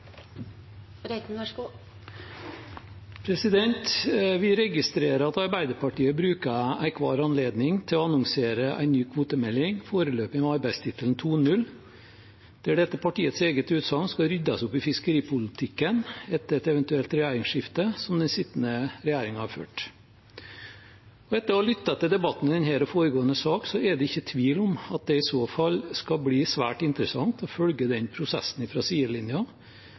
å annonsere en ny kvotemelding, foreløpig med arbeidstittelen 2.0, der det etter partiets eget utsagn etter et eventuelt regjeringsskifte skal ryddes opp i fiskeripolitikken som den sittende regjering har ført. Etter å ha lyttet til debatten i denne og foregående sak er det ikke tvil om at det i så fall skal bli svært interessant å følge den prosessen